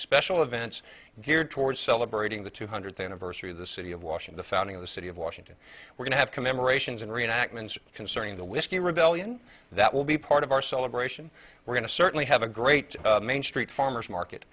special events geared towards celebrating the two hundredth anniversary of the city of washing the founding of the city of washington we're going to have commemorations and reenactments concerning the whiskey rebellion that will be part of our celebration we're going to certainly have a great main street farmer's market